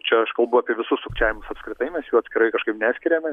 čia aš kalbu apie visus sukčiavimus apskritai mes jų atskirai kažkaip neskiriame